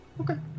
Okay